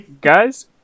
Guys